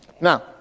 Now